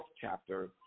chapter